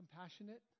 compassionate